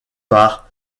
par